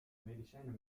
medicijnen